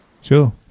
Sure